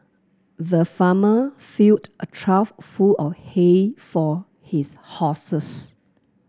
the farmer filled a trough full of hay for his horses